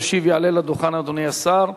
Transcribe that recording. יעלה לדוכן וישיב אדוני השר,